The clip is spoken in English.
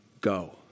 go